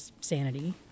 sanity